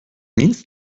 means